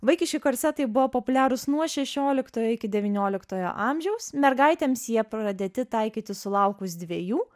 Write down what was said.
vaikiški korsetai buvo populiarūs nuo šešioliktojo iki devynioliktojo amžiaus mergaitėms jie pradėti taikyti sulaukus dviejų